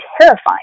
terrifying